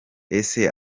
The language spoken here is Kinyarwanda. ese